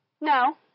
No